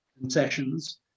concessions